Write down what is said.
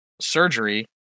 surgery